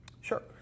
Sure